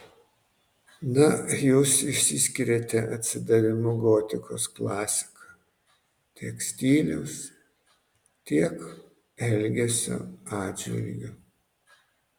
na jūs išsiskiriate atsidavimu gotikos klasika tiek stiliaus tiek elgesio atžvilgiu